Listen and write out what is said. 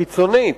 הקיצונית,